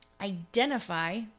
Identify